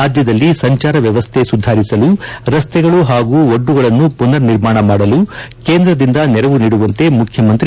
ರಾಜ್ಯದಲ್ಲಿ ಸಂಚಾರ ವ್ಯವಸ್ಥೆ ಸುಧಾರಿಸಲು ರಸ್ತೆಗಳು ಹಾಗೂ ಒಡ್ಡುಗಳನ್ನು ಪುನರ್ ನಿರ್ಮಾಣ ಮಾಡಲು ಕೇಂದ್ರದಿಂದ ನೆರವು ನೀಡುವಂತೆ ಮುಖ್ಯಮಂತ್ರಿ